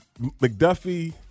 McDuffie